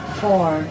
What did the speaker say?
four